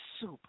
soup